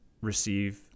receive